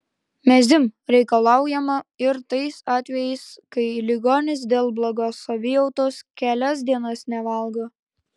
mezym reikalaujama ir tais atvejais kai ligonis dėl blogos savijautos kelias dienas nevalgo